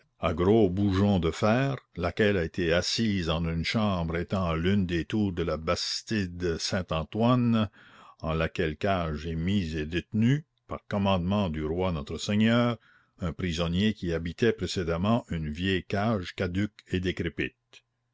à gros boujons de fer laquelle a été assise en une chambre étant à l'une des tours de la bastide saint-antoine en laquelle cage est mis et détenu par commandement du roi notre seigneur un prisonnier qui habitait précédemment une vieille cage caduque et décrépite